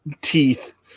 teeth